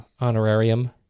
honorarium